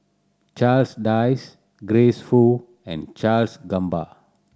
Charles Dyce Grace Fu and Charles Gamba